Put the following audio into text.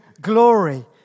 glory